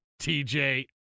TJ